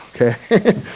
Okay